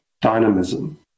dynamism